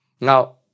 Now